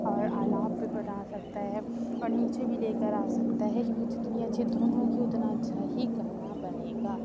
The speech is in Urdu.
اور الاپ بھی بنا سکتا ہے اور نیچے بھی لے کر آ سکتا ہے کیوں کہ جتنی اچھی دھن ہوگی اتنا اچھا ہی گانا بنے گا